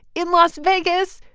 in las vegas,